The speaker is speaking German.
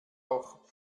auch